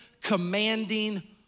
commanding